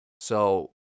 So-